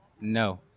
No